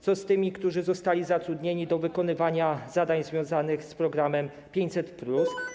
Co z tymi, którzy zostali zatrudnieni do wykonywania zadań związanych z programem 500+?